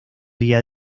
día